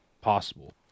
possible